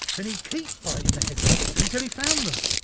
and he'd keep biting the heads off until he found them.